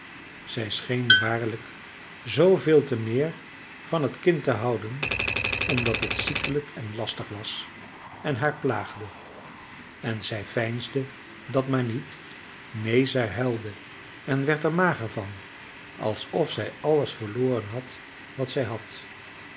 zij scheen waarlijk zooveel te meer van het kind te houden omdat het ziekelijk en lastig was en haar plaagde en zij veinsde dat maar niet neen zij huilde en werd er mager van alsof zij alles verloren had wat zij had